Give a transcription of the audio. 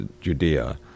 judea